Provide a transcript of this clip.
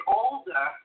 older